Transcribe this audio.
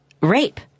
rape